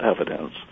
evidence